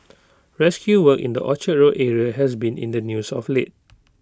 rescue work in the Orchard road area has been in the news of late